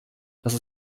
dass